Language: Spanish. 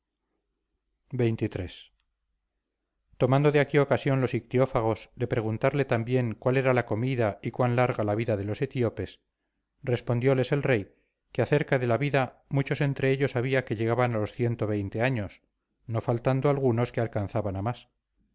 tomando de aquí ocasión los ictiófagos de preguntarle también cuál era la comida y cuán larga la vida de los etíopes respondióles el rey que acerca de la vida muchos entre ellos había que llegaban a los años no faltando algunos que alcanzaban a más